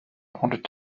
wanted